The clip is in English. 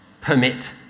permit